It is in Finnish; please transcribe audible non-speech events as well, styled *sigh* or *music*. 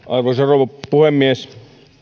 *unintelligible* arvoisa rouva puhemies